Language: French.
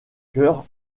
cœur